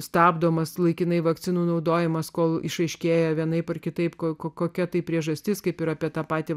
stabdomas laikinai vakcinų naudojimas kol išaiškėja vienaip ar kitaip kokia tai priežastis kaip ir apie tą patį